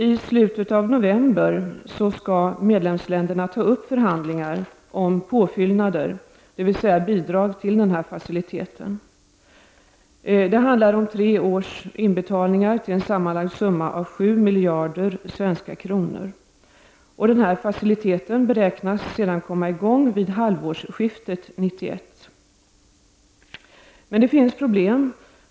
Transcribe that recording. I slutet av november skall medlemsländerna ta upp förhandlingar om påfyllnader, dvs. bidrag till faciliteten. Det handlar om tre års inbetalningar till en sammanlagd summa av 7 miljarder svenska kronor. Faciliteten beräknas sedan komma i gång vid halvårsskiftet 1991. Men det finns problem.